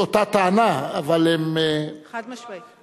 את אותה טענה, אבל הם, חד-משמעית.